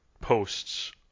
posts